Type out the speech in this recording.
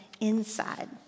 inside